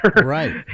right